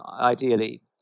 ideally